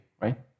right